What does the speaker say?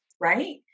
right